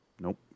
Nope